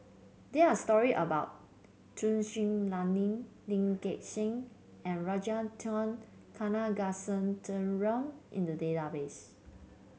there are story about Tun Sri Lanang Lee Gek Seng and Ragunathar Kanagasuntheram in the database